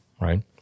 right